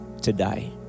today